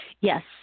Yes